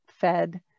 fed